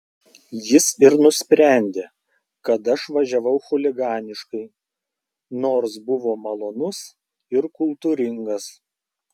jis ir nusprendė kad aš važiavau chuliganiškai nors buvo malonus ir kultūringas